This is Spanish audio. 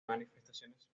manifestaciones